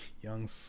young